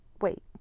Wait